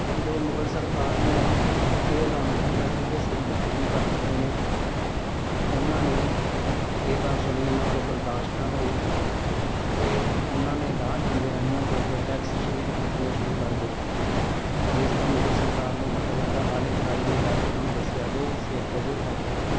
ਜਦੋਂ ਮੁਗਲ ਸਰਕਾਰ ਨੇ ਇਹ ਐਲਾਨ ਕਰਤਾ ਸੀ ਕਿ ਸਿੱਖ ਖਤਮ ਕਰ ਦਿੱਤੇ ਨੇ ਅਤੇ ਉਹਨਾਂ ਨੇ ਇਹ ਗੱਲ ਸੁਣੀ ਉਹਨਾਂ ਕੋਲ ਬਰਦਾਸ਼ਤ ਨਾ ਹੋਈ ਅਤੇ ਉਹਨਾਂ ਨੇ ਰਾਹ ਜਾਂਦੇ ਰਾਹੀਆਂ ਕੋਲੋਂ ਫਿਰ ਟੈਕਸ ਸ਼ੁਰੂ ਕੱਟਣੇ ਸ਼ੁਰੂ ਕਰ ਦਿੱਤੇ ਜਿਸ ਤੋਂ ਮੁਗਲ ਸਰਕਾਰ ਨੂੰ ਪਤਾ ਲੱਗਾ ਹਰ ਇੱਕ ਰਾਹੀ ਨੇ ਜਾ ਕੇ ਉਹਨਾਂ ਨੂੰ ਦੱਸਿਆ ਕਿ ਸਿੱਖ ਅਜੇ ਹੈਗੇ ਨੇ